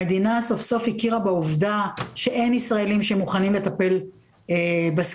המדינה סוף סוף הכירה בעובדה שאין ישראלים שמוכנים לטפל בזקנים,